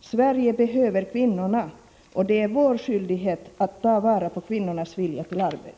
Sverige behöver kvinnorna, och det är vår skyldighet att ta vara på kvinnornas vilja till arbete.